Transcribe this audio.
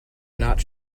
not